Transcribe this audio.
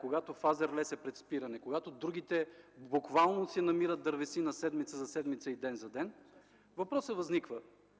когато „Фазерлес” е пред спиране, когато другите буквално си намират дървесина седмица за седмица и ден за ден, възниква